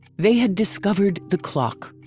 they had discovered the clock.